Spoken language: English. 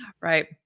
Right